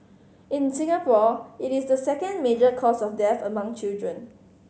in Singapore it is the second major cause of death among children